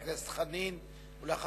חבר הכנסת חנין, בבקשה.